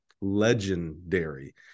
legendary